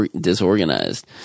Disorganized